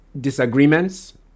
disagreements